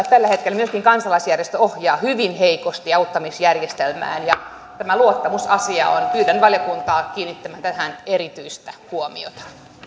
tällä hetkellä myöskin kansalaisjärjestöt ohjaavat hyvin heikosti auttamisjärjestelmään ja tähän luottamusasiaan pyydän valiokuntaa kiinnittämään erityistä huomiota